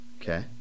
Okay